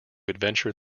adventure